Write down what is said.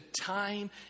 time